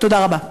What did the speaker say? תודה רבה.